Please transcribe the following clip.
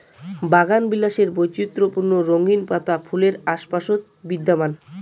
বাগানবিলাসের বৈচিত্র্যপূর্ণ রঙিন পাতা ফুলের আশপাশত বিদ্যমান